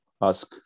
Ask